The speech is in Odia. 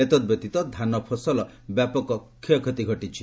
ଏତଦ୍ବ୍ୟତୀତ ଧାନଫସଲ ବ୍ୟାପକ କ୍ଷତି ଘଟିଛି